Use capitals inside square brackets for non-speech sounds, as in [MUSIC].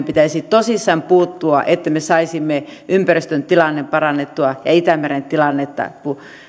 [UNINTELLIGIBLE] pitäisi tosissaan puuttua että me saisimme ympäristön tilannetta parannettua ja itämeren tilannetta